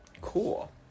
cool